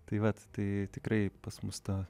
tai vat tai tikrai pas mus ta